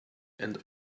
and